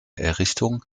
errichtung